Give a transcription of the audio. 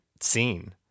scene